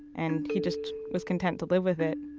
and he just was content to live with it.